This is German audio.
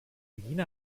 regina